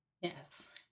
yes